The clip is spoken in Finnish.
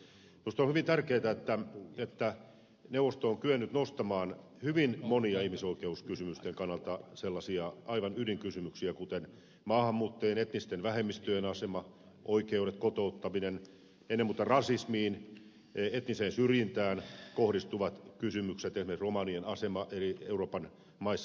minusta on hyvin tärkeätä että neuvosto on kyennyt nostamaan hyvin monia ihmisoikeuskysymysten kannalta aivan ydinkysymyksiä kuten maahanmuuttajien etnisten vähemmistöjen asema oikeudet kotouttaminen ennen muuta rasismiin etniseen syrjintään kohdistuvat kysymykset ja esimerkiksi romanien asema eri euroopan maissa